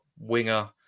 winger